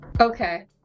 Okay